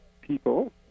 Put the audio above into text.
people